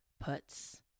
puts